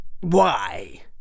why